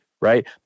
right